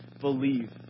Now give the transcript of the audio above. believe